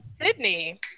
Sydney